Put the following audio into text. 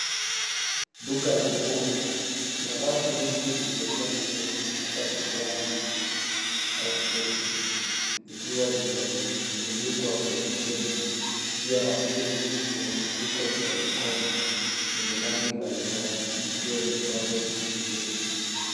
Duka la nguo. Kuna rafu nyingi zilizojaa nguo hasa suruali au sketi, zikiwa zimetundikwa kwenye cheni . Juu ya rafu hizi kuna mifuko ya mikono yenye rangi mbali mbali ikiwa imepangwa vizuri.